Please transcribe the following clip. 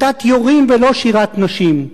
כיתת יורים ולא שירת נשים.